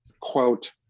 quote